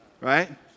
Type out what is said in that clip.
Right